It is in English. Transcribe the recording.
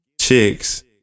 chicks